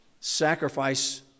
sacrifice